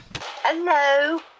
Hello